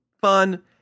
fun